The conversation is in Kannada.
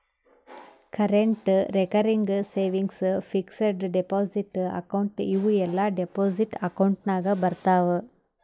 current, recurring, savings, fixed deposit account ಇವೂ ಎಲ್ಲಾ ಡೆಪೋಸಿಟ್ ಅಕೌಂಟ್ ನಾಗ್ ಬರ್ತಾವ್